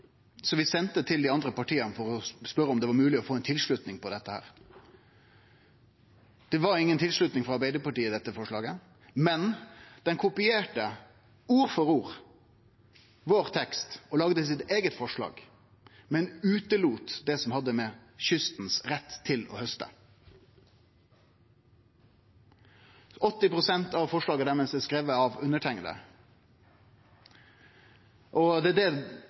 vi sende til dei andre partia for å spørje om det var mogleg å få tilslutning til det. Det var inga tilslutning frå Arbeidarpartiet til forslaget, men dei kopierte – ord for ord – vår tekst og laga sitt eige forslag, men utelét det som hadde med kystfolket sin rett til å hauste å gjere. 80 pst. av forslaget deira er skrive av meg – og det er det